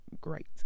great